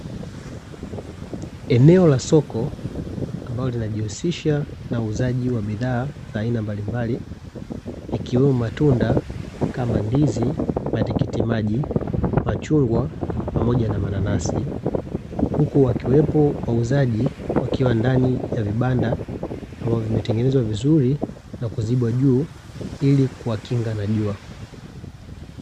Eneo la soko ambalo lina jihusisha na uuzaji wa bidhaa za ina mbali mbali ikiwemo matunda kama ndizi, matikiti maji, machungwa pamoja na mananasi. Huku akiwepo wauzaji wakiwa ndani ya vibanda ambavyo vimetengenezwa vizuri na kuzibwa juu ili kuwa kinga na jua.